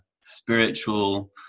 spiritual